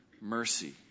mercy